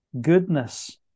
goodness